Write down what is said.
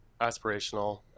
aspirational